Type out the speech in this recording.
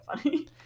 funny